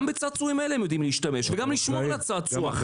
גם בצעצועים האלה הם יודעים להשתמש וגם לשמור על הצעצוע.